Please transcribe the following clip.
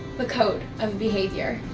the code of behavior.